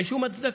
אין שום הצדקה.